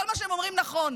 כל מה שהם אומרים נכון.